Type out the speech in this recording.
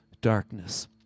darkness